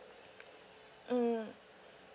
mm